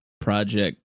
Project